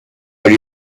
are